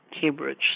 Cambridge